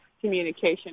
communication